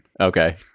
Okay